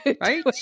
right